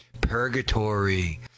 purgatory